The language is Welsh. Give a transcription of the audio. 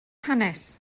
hanes